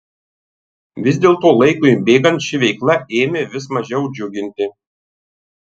vis dėlto laikui bėgant ši veikla ėmė vis mažiau džiuginti